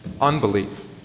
Unbelief